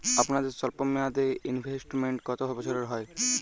আপনাদের স্বল্পমেয়াদে ইনভেস্টমেন্ট কতো বছরের হয়?